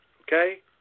okay